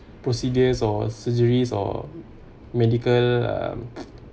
procedures or surgeries or medical um